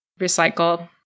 recycle